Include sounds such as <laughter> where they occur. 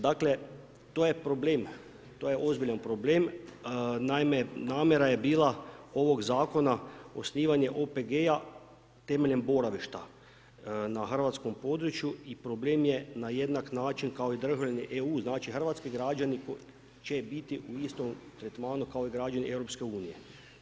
Dakle, to je problem, to je ozbiljan problem, naime namjera je bila ovoga zakona osnivanje OPG-a temeljem boravišta na hrvatskom području i problem je na jednak način kao i … <unintelligible> hrvatski građani će biti u istom tretmanu kao i građani EU-a.